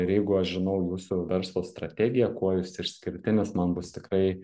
ir jeigu aš žinau jūsų verslo strategiją kuo jūs išskirtinis man bus tikrai